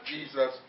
Jesus